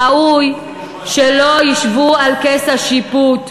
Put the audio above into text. ראוי שלא ישבו על כס השיפוט,